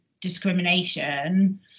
discrimination